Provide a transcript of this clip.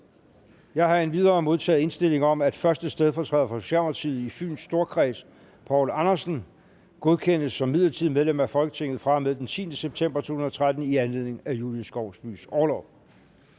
Jeg har endvidere modtaget indstilling om, at 1. stedfortræder for Socialdemokratiet i Fyns Storkreds, Poul Andersen, godkendes som midlertidigt medlem af Folketinget fra og med den 10. september 2013 i anledning af Julie Skovsbys orlov.